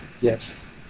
Yes